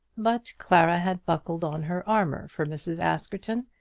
but clara had buckled on her armour for mrs. askerton,